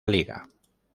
liga